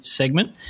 segment